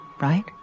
right